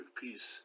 peace